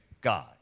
God